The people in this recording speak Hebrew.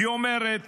היא מדברת